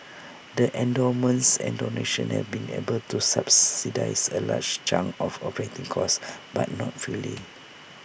the endowments and donations have been able to subsidise A large chunk of operating costs but not fully